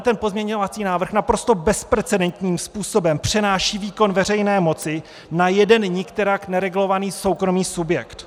Tenhle pozměňovací návrh naprosto bezprecedentním způsobem přenáší výkon veřejné moci na jeden nikterak neregulovaný soukromý subjekt.